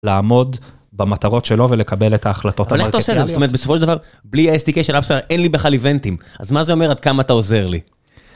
לעמוד במטרות שלו ולקבל את ההחלטות המרכיביות. אבל איך אתה עושה את זה? זאת אומרת, בסופו של דבר, בלי ה-sdk של אבסולד, אין לי בכלל איבנטים. אז מה זה אומר עד כמה אתה עוזר לי?